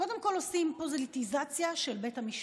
קודם כול עושים פוליטיזציה של בית המשפט.